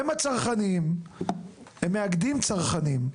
הם מאגדים צרכנים,